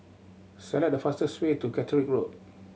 select the fastest way to Catterick Road